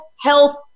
Health